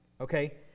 Okay